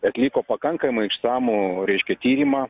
atliko pakankamai išsamų reiškia tyrimą